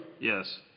Yes